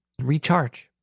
recharge